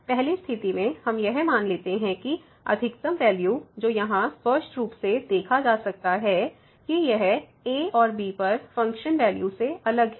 पहली स्थिति में हम यह मान लेते हैं कि अधिकतम वैल्यू जो यहां स्पष्ट रूप से देखा जा सकता है कि यह a और b पर फ़ंक्शन वैल्यू से अलग है